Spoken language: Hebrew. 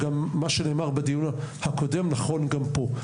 מה שנאמר בדיוק הקודם נכון גם פה,